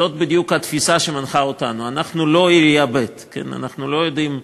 זאת בדיוק התפיסה שמנחה אותנו: אנחנו לא עירייה ב'; אנחנו לא יודעים,